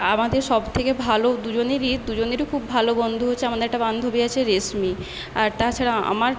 আমাদের সব থেকে ভালো দুজনেরই দুজনেরই খুব ভালো বন্ধু হয়েছে আমাদের একটা বান্ধবী আছে রেশমী আর তা ছাড়াও আমার